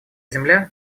земля